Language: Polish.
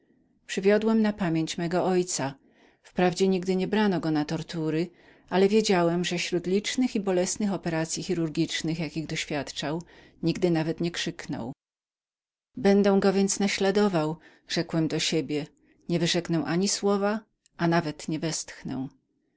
przywiodłem na pamięć rady mego ojca wprawdzie nigdy nie brano go na tortury ale wiedziałem że śród licznych i bolesnych operacyi chirurgicznych jakich doświadczał nigdy nawet nie krzyknął będę go więc naśladował rzekłem do siebie nie wyrzeknę ani słowa a nawet nie westchnę